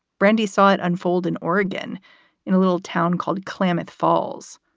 brandi saw it unfold in oregon in a little town called klamath falls.